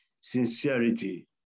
sincerity